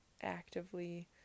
actively